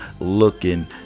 looking